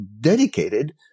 dedicated